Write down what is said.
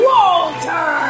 Walter